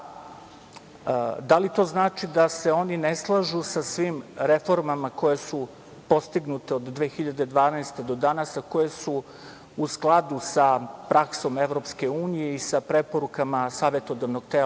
da li to znači da se oni ne slažu sa svim reformama koje su postignute od 2012. godine do danas, a koje su u skladu sa praksom EU i sa preporukama savetodavnog tela